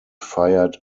fired